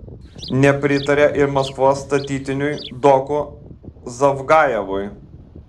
nepritarė ir maskvos statytiniui doku zavgajevui